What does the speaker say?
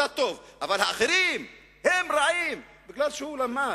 אתה טוב, אבל האחרים, הם רעים, בגלל שהוא למד.